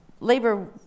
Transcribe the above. Labor